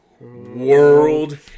world